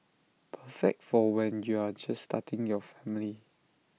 perfect for when you're just starting your family